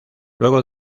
luego